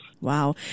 Wow